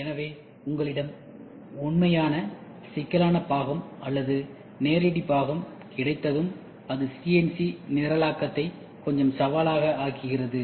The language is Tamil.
எனவே உங்களிடம் உண்மையான சிக்கலான பாகம் அல்லது நேரடி பாகம் கிடைத்ததும் அது சிஎன்சி நிரலாக்கத்தை கொஞ்சம் சவாலாக ஆக்குகிறது